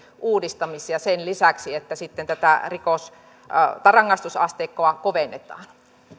uudistamisia sen lisäksi että tätä rangaistusasteikkoa kovennetaan